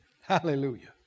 Hallelujah